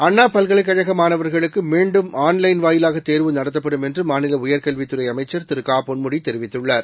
அண்ணாபல்கலைக்கழகமாணவர்களுக்குமீன்டும் online வாயிலாகதேர்வு நடத்தப்படும் என்றுமாநிலஉயர்கல்வித்துறைஅமைச்சர் திரு க பொன்முடிதெரிவித்துள்ளார்